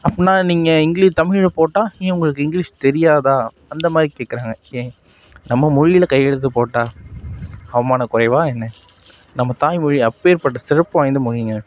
அப்புடின்னா நீங்கள் இங்கி தமிழில் போட்டால் ஏன் உங்களுக்கு இங்கிலீஷ் தெரியாதா அந்த மாதிரி கேட்குறாங்க ஏன் நம்ம மொழியில் கையெழுத்து போட்டால் அவமான குறைவாக என்ன நம்ம தாய்மொழி அப்பேற்பட்ட சிறப்பு வாய்ந்த மொழிங்க